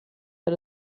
had